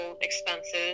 expenses